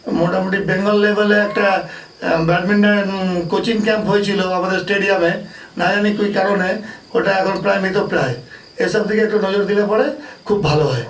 মোটামুটি বেঙ্গল লেভেলে একটা ব্যাডমিন্টন কোচিং ক্যাম্প হয়েছিলো আমাদের স্টেডিয়ামে না জানি কি কারণে ওটা এখন প্রায় মৃতপ্রায় এসব দিকে একটু নজর দিলে পরে খুব ভালো হয়